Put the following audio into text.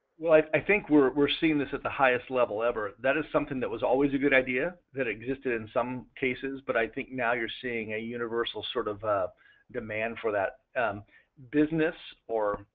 like i think we're we're seeing this at the highest level ever, that is something that was always a good idea that existed in some cases. but i think now you're seeing a universal sort of demand for that business or